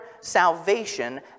salvation